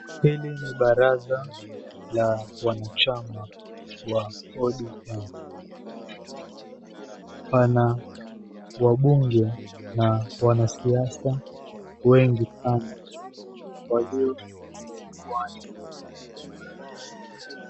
Hili ni baraza la wanachama wa ODM. Pana wabunge na wanasiasa wengi sana walio wai...